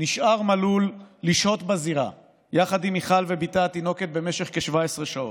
נשאר מלול לשהות בזירה יחד עם מיכל ובתה התינוקת במשך כ-17 שעות.